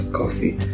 coffee